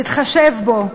תתחשב בו.